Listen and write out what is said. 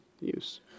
Use